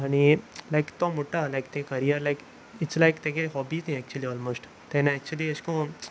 आनी लायक तो म्हणटा लायक ते करियर लायक इट्स लायक ताची हॉबी तें एक्चुली ऑलमोस्ट ताणें एक्चुली अशे को